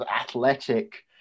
athletic